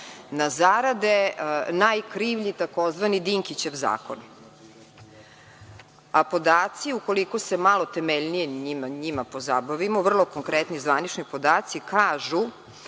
na zarade, najkrivlji je tzv. Dinkićev zakon. Podaci ukoliko se malo temeljnije njima pozabavimo, vrlo konkretno, zvanični podaci kažu